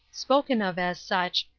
spoken of as such,